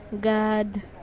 God